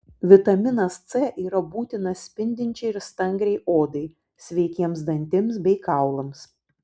vitaminas c yra būtinas spindinčiai ir stangriai odai sveikiems dantims bei kaulams